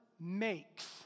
makes